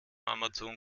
amazon